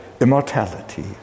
immortality